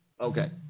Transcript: Okay